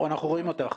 בבקשה.